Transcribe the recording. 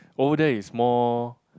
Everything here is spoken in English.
over there is more